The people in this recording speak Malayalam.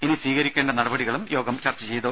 ഇനി സ്വീകരിക്കേണ്ട നടപടികളും യോഗം ചർച്ച ചെയ്തു